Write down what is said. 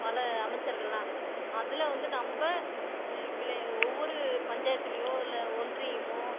பல அமைச்சர்கள்லாம் அதில் வந்து நம்ம கிளை ஒவ்வொரு பஞ்சாயத்துலேயோ இல்லை ஒன்றியமோ